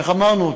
איך אמרנו?